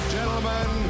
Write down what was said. Gentlemen